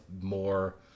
more